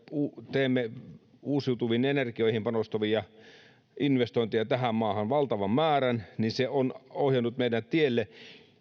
teemme uusiutuviin energioihin panostavia investointeja tähän maahan valtavan määrän niin se on ohjannut meidät tielle